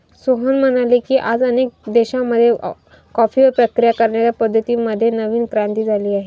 सोहन म्हणाले की, आज अनेक देशांमध्ये कॉफीवर प्रक्रिया करण्याच्या पद्धतीं मध्ये नवीन क्रांती झाली आहे